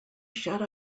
shut